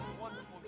Wonderful